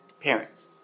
parents